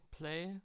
play